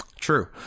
True